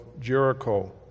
Jericho